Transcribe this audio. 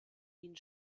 ihnen